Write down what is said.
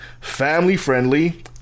family-friendly